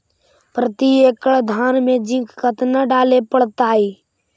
प्रती एकड़ धान मे जिंक कतना डाले पड़ताई?